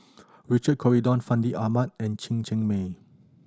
Richard Corridon Fandi Ahmad and Chen Cheng Mei